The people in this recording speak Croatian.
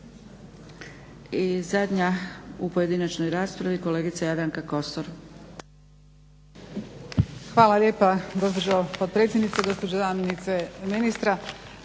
I zadnja u pojedinačnoj raspravi kolegica Jadranka Kosor.